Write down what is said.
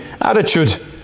attitude